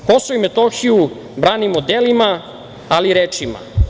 Kosovo i Metohiju branimo delima, ali i rečima.